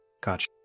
Gotcha